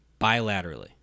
bilaterally